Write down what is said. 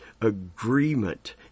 agreement